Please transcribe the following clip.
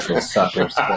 suckers